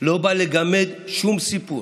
לא בא לגמד שום סיפור.